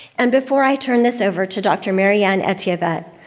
and before i turn this over to dr. mary-ann etiebet,